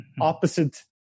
opposite